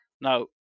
Now